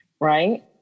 right